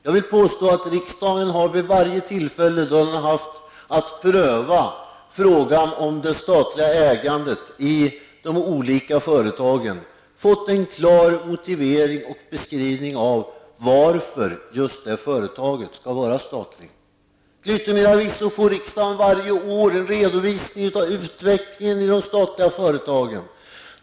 Jag vill påstå att riksdagen vid varje tillfälle då den har haft att pröva frågan om det statliga ägandet i de olika företagen har fått en klar motivering till och beskrivning av varför just det företaget skall vara statligt. Till yttermera visso får riksdagen varje år en redovisning av utvecklingen i de statliga företagen.